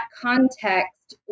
context